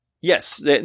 Yes